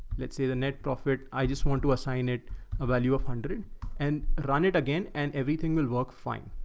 let's say the net profit. i just want to assign it a value of a hundred and run it again and everything will work fine.